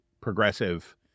progressive